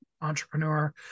entrepreneur